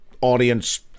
audience